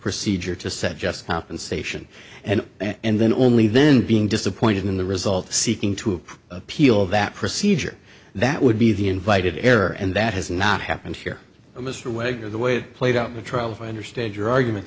procedure to set just compensation and and then only then being disappointed in the result seeking to appeal that procedure that would be the invited error and that has not happened here but mr wagner the way it played out in the trial if i understand your argument